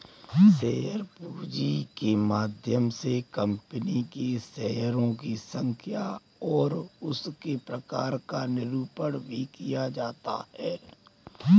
share पूंजी के माध्यम से कंपनी के शेयरों की संख्या और उसके प्रकार का निरूपण भी किया जाता है